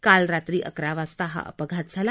काल रात्री अकरा वाजता हा अपघात झाला